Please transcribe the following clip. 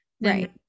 right